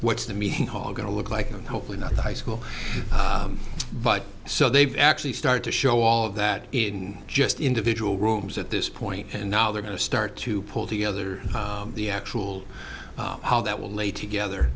what's the meeting hall going to look like and hopefully not the high school but so they've actually started to show all of that in just individual rooms at this point and now they're going to start to pull together the actual how that will lay together